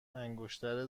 انگشتر